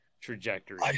trajectory